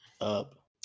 up